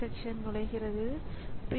பியால் இயக்கப்படும் சாதனங்கள்